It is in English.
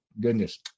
goodness